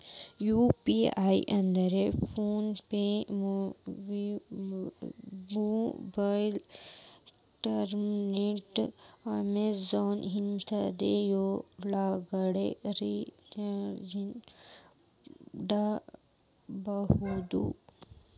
UPI ಇದ್ರ PhonePe MobiKwik Airtel Amazon ಇತ್ಯಾದಿ ಯೊಳಗ ಖರಿದಿಮಾಡಬಹುದು